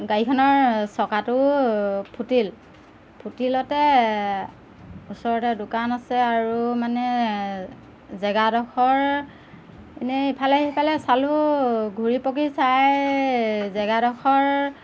গাড়ীখনৰ চকাটো ফুটিল ফুটিলতে ওচৰতে দোকান আছে আৰু মানে জেগাডোখৰ এনে ইফালে সিফালে চালোঁ ঘূৰি পকি চাই জেগাডোখৰ